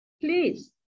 please